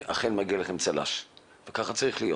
אכן מגיע לכם צל"ש וכך צריך להיות